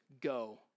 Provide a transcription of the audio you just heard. go